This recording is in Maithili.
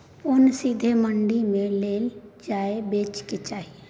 ओन सीधे मंडी मे लए जाए कय बेचे के चाही